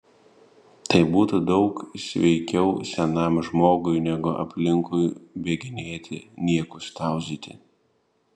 tai būtų daug sveikiau senam žmogui negu aplinkui bėginėti niekus tauzyti